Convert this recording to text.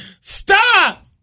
Stop